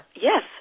yes